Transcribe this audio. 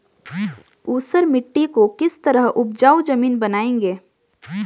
ऊसर मिट्टी को किस तरह उपजाऊ मिट्टी बनाएंगे?